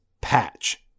Patch